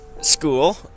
School